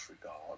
regard